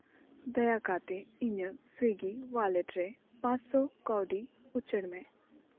ᱫᱟᱭᱟ ᱠᱟᱛᱮ ᱤᱧᱟᱹᱜ ᱥᱩᱭᱜᱤ ᱚᱣᱟᱞᱮᱴ ᱨᱮ ᱯᱟᱸᱥ ᱥᱚ ᱠᱟᱹᱣᱰᱤ ᱩᱪᱟᱹᱲ ᱢᱮ